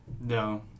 No